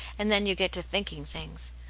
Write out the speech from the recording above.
and then you get to think ing things.